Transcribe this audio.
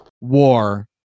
war